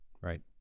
Right